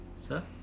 sir